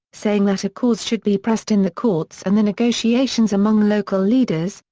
saying that a cause should be pressed in the courts and the negotiations among local leaders,